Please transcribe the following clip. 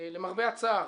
למרבה הצער,